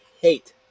hate